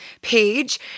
page